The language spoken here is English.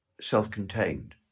self-contained